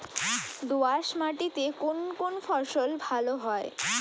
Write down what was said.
দোঁয়াশ মাটিতে কোন কোন ফসল ভালো হয়?